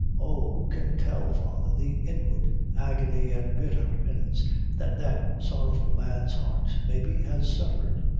oh, who can tell, father, the inward agony and bitther repentance that that sorrowful man's heart, maybe, has suffered.